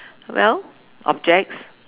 well objects